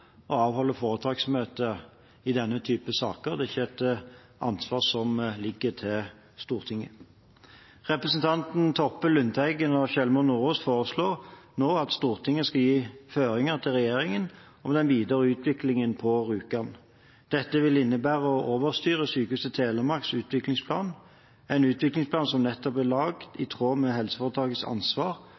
å avholde foretaksmøte i denne typen saker. Det er ikke et ansvar som ligger til Stortinget. Representantene Toppe, Lundteigen og Sjelmo Nordås foreslår nå at Stortinget skal gi føringer til regjeringen om den videre utviklingen på Rjukan. Dette vil innebære å overstyre Sykehuset Telemarks utviklingsplan, en utviklingsplan som nettopp er laget i tråd med helseforetakets ansvar